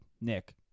Nick